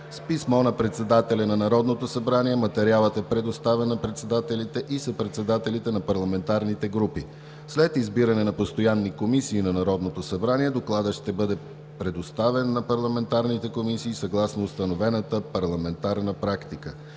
С писмо на председателя на Народното събрание материалът е предоставен на председателите и съпредседателите на парламентарните групи. След избиране на постоянни комисии на Народното събрание, Докладът ще бъде предоставен на парламентарните комисии, съгласно установената парламентарна практика.